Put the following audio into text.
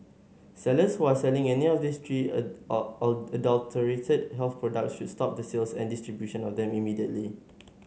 sellers who are selling any of these three adulterated health products should stop the sales and distribution of them immediately